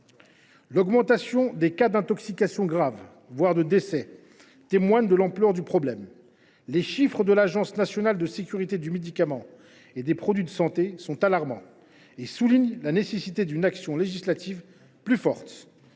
L’augmentation des cas d’intoxications graves, voire de décès, témoigne de l’ampleur du problème. Les chiffres de l’Agence nationale de sécurité du médicament et des produits de santé (ANSM) sont alarmants et soulignent la nécessité d’une action législative plus forte.